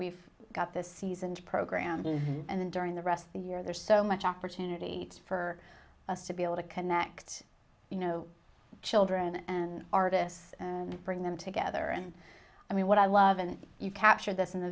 we've got this season to program and then during the rest of the year there's so much opportunity for us to be able to connect you know children and artists and bring them together and i mean what i love and you capture this in the